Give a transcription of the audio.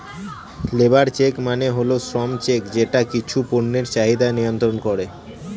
labour check মানে হল শ্রম চেক যেটা কিছু পণ্যের চাহিদা মিয়ন্ত্রন করে